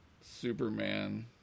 Superman